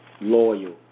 loyal